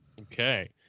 Okay